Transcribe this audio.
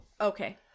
Okay